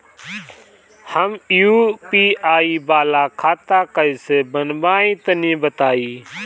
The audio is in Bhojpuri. हम यू.पी.आई वाला खाता कइसे बनवाई तनि बताई?